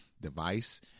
device